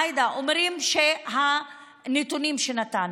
עאידה, אומרים שהנתונים הם שנתנו.